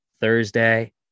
Thursday